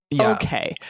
okay